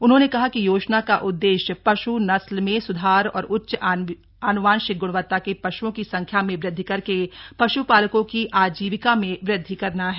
उन्होंने कहा कि योजना का उद्देश्य पश् नस्ल में स्धार और उच्च आन्वांशिक ग्णवत्ता के पश्ओं की संख्या में वृद्धि करके पश्पालकों की आजीविका में वृद्धि करना है